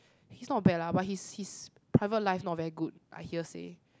he's not bad lah but his his private life not very good I hearsay